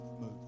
move